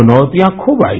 चुनौतियाँ खूब आई